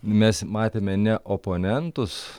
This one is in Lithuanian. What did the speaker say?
mes matėme ne oponentus